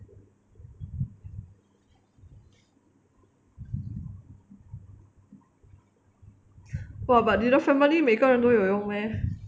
!wah! but 你的 family 每个人都有用 meh